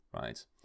right